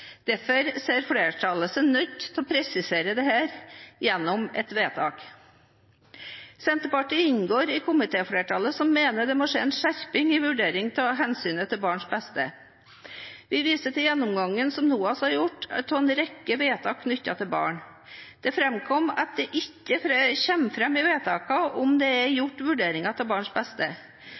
som mener at det må skje en skjerping i vurderingen av hensynet til barns beste. Vi viser til gjennomgangen som NOAS har gjort av en rekke vedtak knyttet til barn. Det framkommer at det ikke kommer fram i vedtakene om det er gjort vurderinger av barns beste.